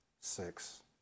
six